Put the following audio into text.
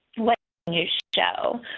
what you show